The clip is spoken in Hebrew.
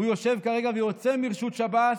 יושב כרגע ויוצא מרשות שב"ס,